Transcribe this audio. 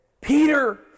Peter